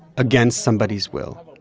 against somebody's will.